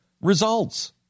results